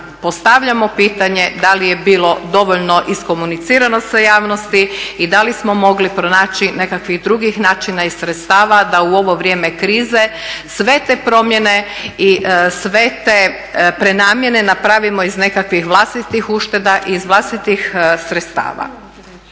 postavljamo pitanje da li je bilo dovoljno iskomunicirano sa javnosti i da li smo mogli pronaći nekakvim drugih načina i sredstava da u ovo vrijeme krize sve te promjene i sve te prenamjene napravimo iz nekakvim vlastitih ušteda, iz vlastitih sredstava.